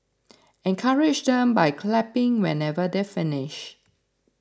encourage them by clapping whenever they finish